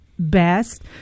Best